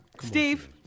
Steve